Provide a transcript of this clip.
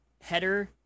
header